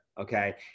okay